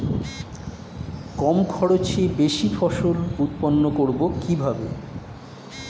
কম খরচে বেশি ফসল উৎপন্ন করব কিভাবে?